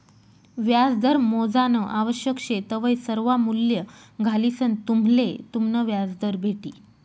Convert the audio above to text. व्याजदर मोजानं आवश्यक शे तवय सर्वा मूल्ये घालिसंन तुम्हले तुमनं व्याजदर भेटी